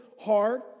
hard